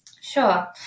sure